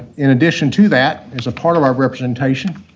in addition to that, there's a part of our representation,